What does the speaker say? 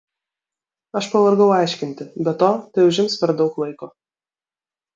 aš pavargau aiškinti be to tai užims per daug laiko